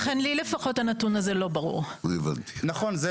לכן הנתון הזה לא ברור לי.